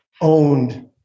owned